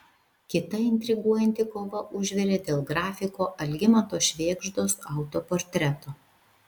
kita intriguojanti kova užvirė dėl grafiko algimanto švėgždos autoportreto